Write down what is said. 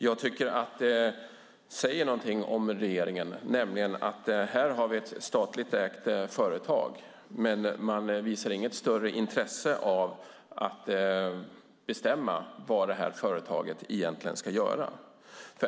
Jag tycker att det säger någonting om regeringen, nämligen att vi här har ett statligt ägt företag men att man inte visar något större intresse för att bestämma vad det företaget egentligen ska göra.